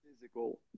physical